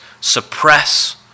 suppress